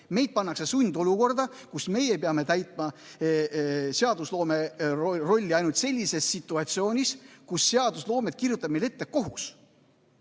Meid pannakse sundolukorda, kus meie peame täitma seaduse looja rolli ainult sellises situatsioonis, kus seadusloomet kirjutab meile ette kohus.